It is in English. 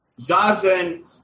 Zazen